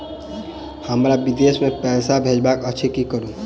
हमरा विदेश मे पैसा भेजबाक अछि की करू?